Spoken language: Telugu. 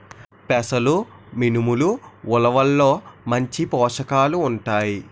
పెసలు మినుములు ఉలవల్లో మంచి పోషకాలు ఉంటాయి